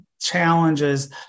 challenges